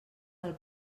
del